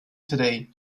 today